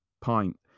pint